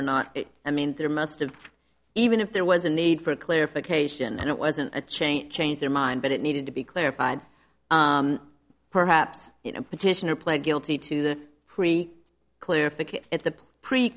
or not i mean there must have been even if there was a need for clarification and it wasn't a change change their mind but it needed to be clarified perhaps in a petition or pled guilty to the pre clarification if the pre